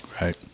Right